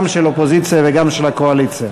גם של האופוזיציה וגם של הקואליציה.